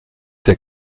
der